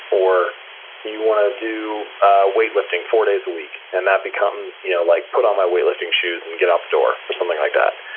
or you want to do weightlifting four days a week and that becomes you know like put on weightlifting shoes and get out the door or something like that.